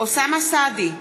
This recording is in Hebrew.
אוסאמה סעדי,